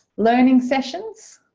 learning sessions,